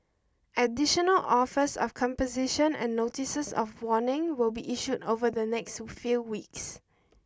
additional offers of composition and notices of warning will be issued over the next few weeks